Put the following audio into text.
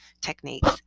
techniques